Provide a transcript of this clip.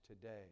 today